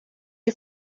you